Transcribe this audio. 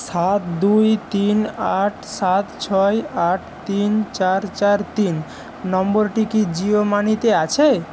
সাত দুই তিন আট সাত ছয় আট তিন চার চার তিন নম্বরটি কি জিও মানিতে আছে